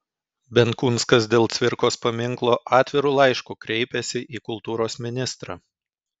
benkunskas dėl cvirkos paminklo atviru laišku kreipėsi į kultūros ministrą